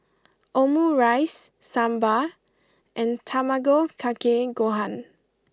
Omurice Sambar and Tamago Kake Gohan